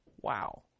wow